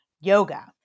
yoga